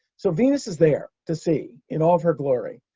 so venus is there to see in all of her glory.